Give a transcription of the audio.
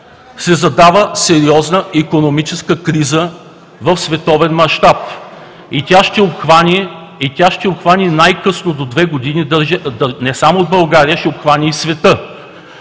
се задава сериозна икономическа криза в световен мащаб и тя ще обхване най-късно до две години не само България, а и света.